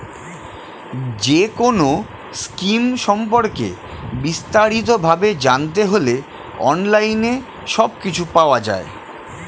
যেকোনো স্কিম সম্পর্কে বিস্তারিত ভাবে জানতে হলে অনলাইনে সবকিছু পাওয়া যায়